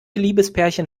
liebespärchen